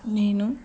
నేను